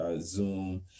Zoom